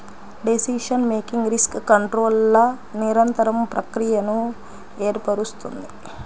decision making risk కంట్రోల్ల నిరంతర ప్రక్రియను ఏర్పరుస్తుంది